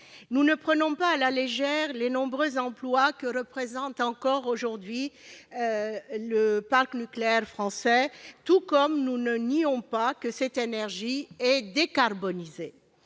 Nous ne prenons pas à la légère les nombreux emplois que représente encore aujourd'hui le parc nucléaire français, tout comme nous ne nions pas que cette énergie est décarbonée.